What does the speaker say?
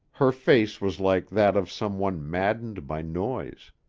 her face was like that of some one maddened by noise.